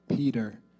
Peter